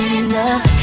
enough